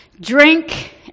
drink